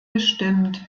gestimmt